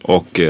Och